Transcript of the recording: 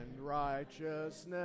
righteousness